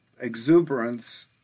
exuberance